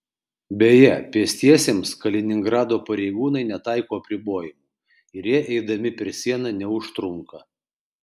beje pėstiesiems kaliningrado pareigūnai netaiko apribojimų ir jie eidami per sieną neužtrunka